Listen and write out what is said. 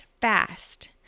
fast